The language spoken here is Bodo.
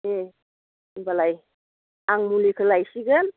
दे होनबालाय आं मुलिखौ लायसिगोन